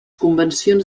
convencions